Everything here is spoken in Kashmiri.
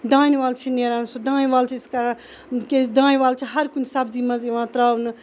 دانوَل چھِ نیران سُہ دانوَل چھِ أسۍ کَڑان کیاز دانوَل چھ ہر کُنہِ سبزی مَنٛز یِوان تراونہٕ